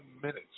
minutes